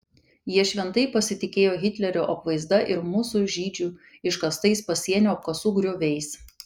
jie šventai pasitikėjo hitlerio apvaizda ir mūsų žydžių iškastais pasienio apkasų grioviais